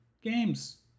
Games